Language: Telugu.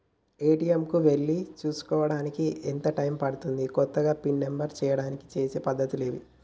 ఏ.టి.ఎమ్ కు వెళ్లి చేసుకోవడానికి ఎంత టైం పడుతది? కొత్తగా పిన్ నంబర్ చేయడానికి చేసే పద్ధతులు ఏవి?